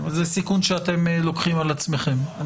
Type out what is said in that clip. זה סיכון שאתם לוקחים על עצמכם.